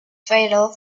fatal